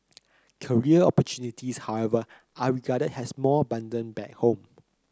career opportunities however are regarded as more abundant back home